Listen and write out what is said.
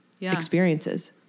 experiences